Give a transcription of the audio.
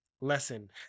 lesson